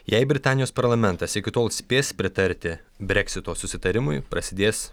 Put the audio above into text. jei britanijos parlamentas iki tol spės pritarti breksito susitarimui prasidės